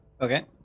Okay